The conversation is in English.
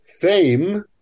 Fame